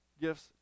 gifts